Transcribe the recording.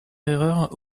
erreur